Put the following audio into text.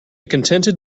contented